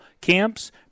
camps